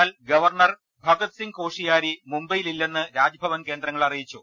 എന്നാൽ ഗവർണർ ഭഗത്സിംഗ് കോഷിയാരി മുംബൈ യിൽ ഇല്ലെന്ന് രാജ്ഭവൻ കേന്ദ്രങ്ങൾ അറിയിച്ചു